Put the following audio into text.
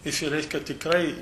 jis reiškia tikrai